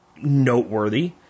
noteworthy